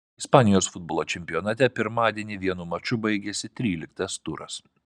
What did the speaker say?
ispanijos futbolo čempionate pirmadienį vienu maču baigėsi tryliktas turas